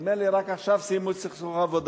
נדמה לי שרק עכשיו סיימו את סכסוך העבודה.